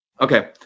okay